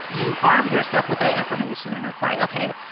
you arm yourself with that information and it's like, ok,